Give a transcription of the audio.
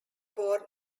born